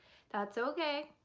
that's okay.